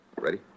Ready